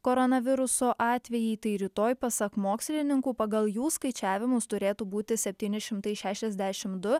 koronaviruso atvejai tai rytoj pasak mokslininkų pagal jų skaičiavimus turėtų būti septyni šimtai šešiasdešim du